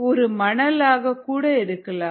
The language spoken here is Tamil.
ஒரு மணல் ஆக கூட இருக்கலாம்